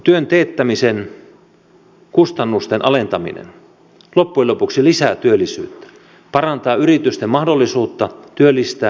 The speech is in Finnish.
työn teettämisen kustannusten alentaminen loppujen lopuksi lisää työllisyyttä parantaa yritysten mahdollisuutta työllistää